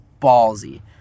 ballsy